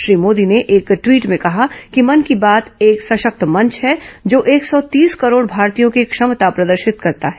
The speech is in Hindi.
श्री मोदी ने एक ट्वीट में कहा कि मन की बात एक सशक्त मंच है जो एक सौ तीस करोड़ भारतीयों की क्षमता प्रदर्शित करता है